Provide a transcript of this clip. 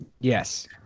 Yes